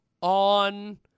on